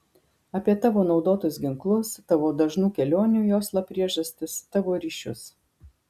apie tavo naudotus ginklus tavo dažnų kelionių į oslą priežastis tavo ryšius